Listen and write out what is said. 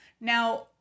Now